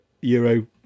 Euro